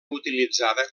utilitzada